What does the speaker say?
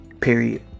Period